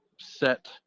set